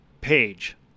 page